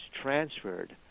transferred